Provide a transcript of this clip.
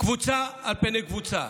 קבוצה על פני קבוצה,